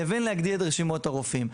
לבין להגדיל את רשימות הרופאים.